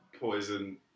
poison